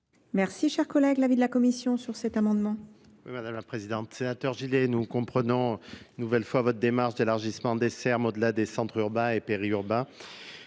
Chers Chers collègues, l'avis de la Commission sur cet amendement, Mᵐᵉ la Présidente, Slater Gilets nous comprenons une nouvelle fois votre démarche d'élargissement des serres au delà des centres urbains et périurbains